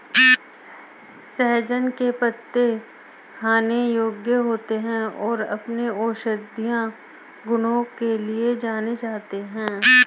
सहजन के पत्ते खाने योग्य होते हैं और अपने औषधीय गुणों के लिए जाने जाते हैं